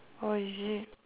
oh is it